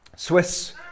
Swiss